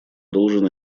должен